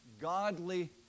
Godly